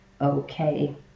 okay